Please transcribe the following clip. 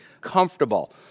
comfortable